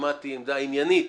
שמעתי עמדה עניינית